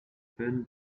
fun